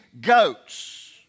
goats